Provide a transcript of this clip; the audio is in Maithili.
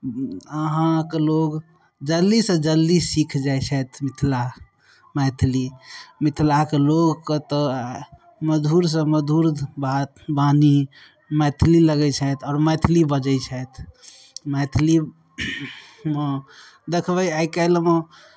अहाँके लोग जल्दीसँ जल्दी सीख जाइ छथि मिथिला मैथिली मिथिलाक लोगके तऽ मधुरसँ मधुर बात वाणी मैथिली लगय छथि आओर मैथिली बजय छथि मैथिली मे दखबय आइ काल्हिमे